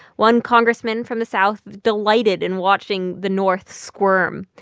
one congressman from the south delighted in watching the north squirm.